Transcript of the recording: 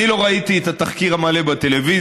אני לא ראיתי את התחקיר המלא בטלוויזיה,